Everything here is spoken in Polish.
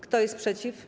Kto jest przeciw?